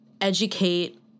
educate